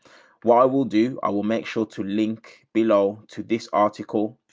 why will do, i will make sure to link below to this article